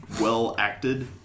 well-acted